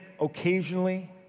occasionally